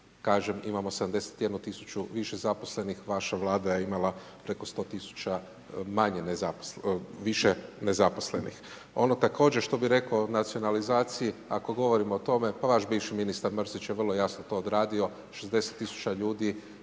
kažem, imamo 71 000 više zaposlenih, vaša Vlada je imala preko 100 000 više nezaposlenih. Ono također što bih rekao o nacionalizaciji, ako govorimo o tome, pa vaš bivši ministar Mrsić je vrlo jasno to odradio, 60 000 ljudi